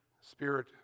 Spirit